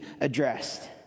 addressed